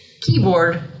keyboard